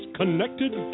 connected